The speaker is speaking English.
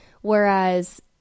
Whereas